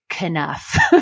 enough